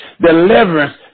deliverance